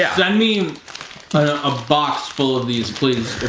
i mean a box full of these please